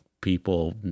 people